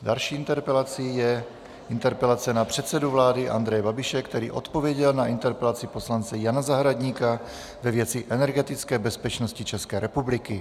Další interpelací je interpelace na předsedu vlády Andreje Babiše, který odpověděl na interpelaci poslance Jana Zahradníka ve věci energetické bezpečnosti České republiky.